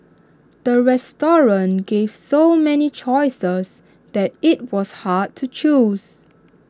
the restaurant gave so many choices that IT was hard to choose